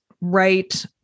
right